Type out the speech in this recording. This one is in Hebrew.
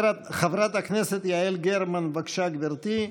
חברת הכנסת יעל גרמן, בבקשה, גברתי.